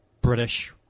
British